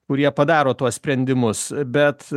kurie padaro tuos sprendimus bet